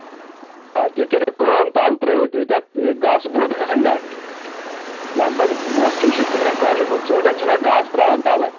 آ تُہۍ کٔرِو کٲم تَلہٕ ترٲیِو تُہۍ تَتھ گاسہٕ بوٚد کھنٛڈ نہ لگ بگ مۄٹھ ہِش یِتھ کٔٹھۍ لَگہِ کٲشِر پٲٹھۍ ژوٗنٛٹھٮ۪ن چھِ نہ گاسہٕ ترٛاوان تَلہٕ